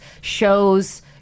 shows